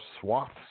swaths